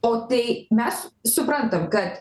o tai mes suprantam kad